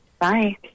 Bye